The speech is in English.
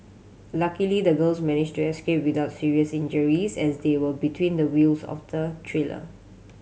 luckily the girls managed to escape without serious injuries as they were between the wheels of the trailer